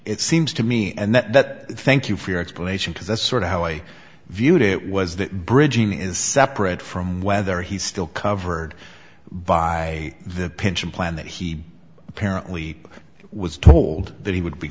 it seems to me and that thank you for your explanation because that's sort of how i viewed it was that bridging is separate from whether he's still covered by the pension plan that he apparently was told that he would be